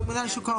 ממונה על שוק ההון.